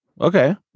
okay